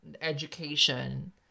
education